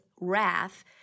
wrath